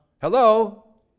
Hello